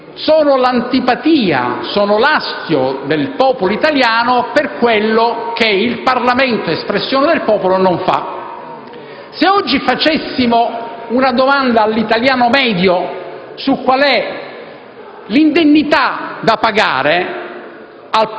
sono l'antipatia, l'astio del popolo italiano per quello che il Parlamento, espressione del popolo, non fa. Se oggi ponessimo una domanda all'italiano medio su qual è l'indennità da pagare